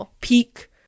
peak